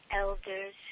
elders